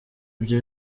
ibyo